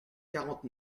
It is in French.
quarante